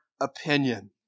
opinion